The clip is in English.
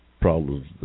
problems